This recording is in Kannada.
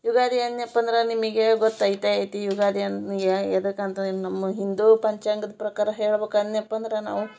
ಯುಗಾದಿ ಅಂದ್ನ್ಯಪ್ಪ ಅಂದ್ರೆ ನಿಮಗೆ ಗೊತ್ತೈತೆ ಐತೆ ಯುಗಾದಿ ಅಂದು ಯಾದಕಂತ ನಮ್ಮ ಹಿಂದು ಪಂಚಾಂಗದ ಪ್ರಕಾರ ಹೇಳ್ಬೇಕು ಅಂದನಪ್ಪ ಅಂದ್ರೆ ನಾವು